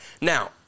Now